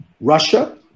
Russia